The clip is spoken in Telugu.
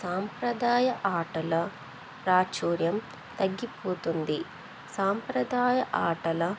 సాంప్రదాయ ఆటల ప్రాచుర్యం తగ్గిపోతుంది సాంప్రదాయ ఆటల